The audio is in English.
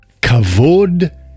Kavod